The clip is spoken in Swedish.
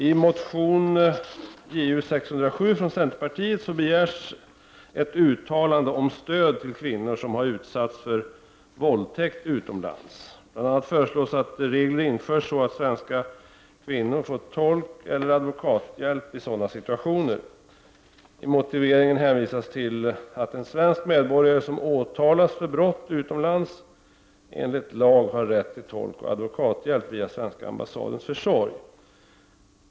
I motion Ju607 från centerpartiet begärs ett uttalande om stöd till kvinnor som har utsatts för våldtäkt utomlands. Bl.a. föreslås att regler införs så att svenska kvinnor får tolkeller advokathjälp i sådana situationer. I motive ringen hänvisas till att en svensk medborgare som åtalas för brott utomlands enligt lag har rätt till tolkoch advokathjälp via svenska ambassadens försorg.